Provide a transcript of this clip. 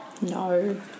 No